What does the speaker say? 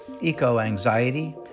Eco-anxiety